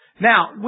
Now